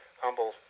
humble